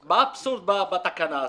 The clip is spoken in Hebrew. מה אבסורד בתקנה הזו?